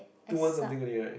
two one something only right